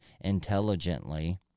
intelligently